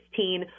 2016